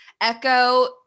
Echo